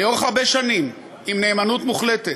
לאורך הרבה שנים, עם נאמנות מוחלטת,